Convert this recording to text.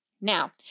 Now